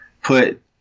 Put